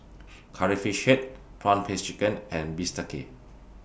Curry Fish Head Prawn Paste Chicken and Bistake